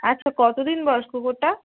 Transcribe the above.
আচ্ছা কতদিন বয়স কুকুরটা